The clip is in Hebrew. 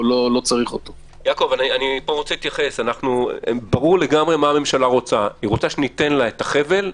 ברור לגמרי מה הממשלה רוצה שניתן לה את החבל,